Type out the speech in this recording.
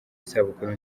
isabukuru